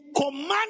command